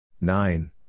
Nine